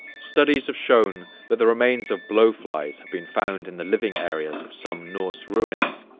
studies have shown that the remains of blowflies have been found in the living areas of some norse ruins,